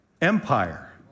Empire